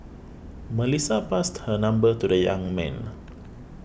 Melissa passed her number to the young man